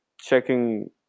checking